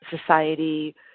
society